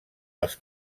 les